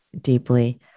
deeply